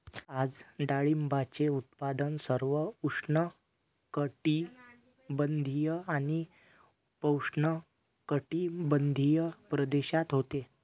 आज डाळिंबाचे उत्पादन सर्व उष्णकटिबंधीय आणि उपउष्णकटिबंधीय प्रदेशात होते